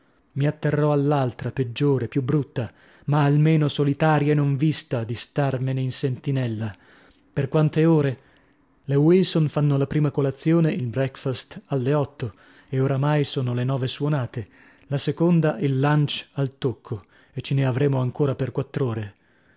mi atterrò all'altra peggiore più brutta ma almeno solitaria e non vista di starmene in sentinella per quante ore le wilson fanno la prima colazione il breakfast alle otto e oramai sono le nove suonate la seconda il lunch al tocco e ce ne avremo ancora per quattr'ore